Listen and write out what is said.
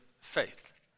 faith